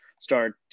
start